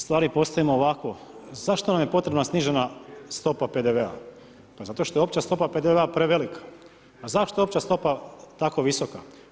Stvari postavimo ovako, zašto nam je potrebna snižena stopa PDV-a, pa zato što je opće stopa PDV-a prevelika, pa zašto opća stopa tako visoka?